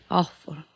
awful